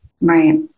Right